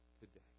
today